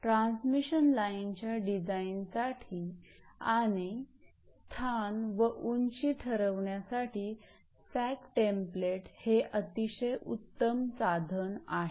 transmission लाईनच्या डिझाईनसाठी आणि स्थान व उंची ठरविण्यासाठी सॅग टेम्प्लेट हे अतिशय उत्तम साधन आहे